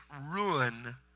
ruin